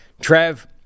Trev